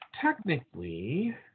technically